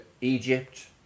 egypt